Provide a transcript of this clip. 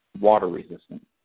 water-resistant